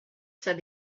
said